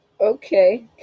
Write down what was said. Okay